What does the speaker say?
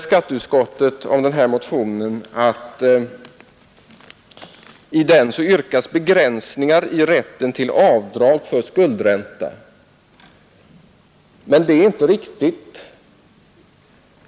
Skatteutskottet skriver att i denna motion yrkas begränsningar i rätten till avdrag för skuldränta. Det är inte riktigt.